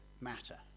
matter